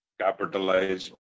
capitalize